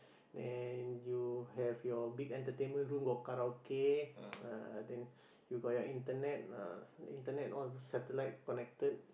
then you have your big entertainment room got karaoke uh then you got your internet uh internet all satellite connected